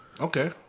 Okay